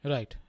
Right